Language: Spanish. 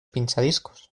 pinchadiscos